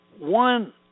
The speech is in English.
One